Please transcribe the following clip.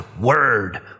Word